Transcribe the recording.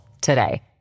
today